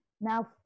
Now